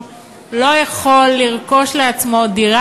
התשע"ה 2015,